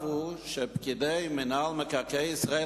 שהמצב היום הוא שפקידי מינהל מקרקעי ישראל